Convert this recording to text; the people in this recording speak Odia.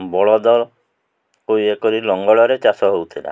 ବଳଦ ଓ ଇଏ କରି ଲଙ୍ଗଳରେ ଚାଷ ହଉଥିଲା